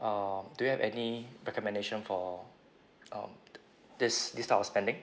uh do you have any recommendation for um this this type of spending